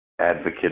advocate